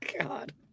God